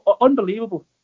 Unbelievable